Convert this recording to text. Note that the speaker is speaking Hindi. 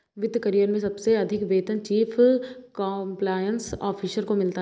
वित्त करियर में सबसे अधिक वेतन चीफ कंप्लायंस ऑफिसर को मिलता है